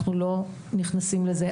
אנחנו לא נכנסים לזה.